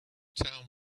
tell